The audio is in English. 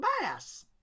bass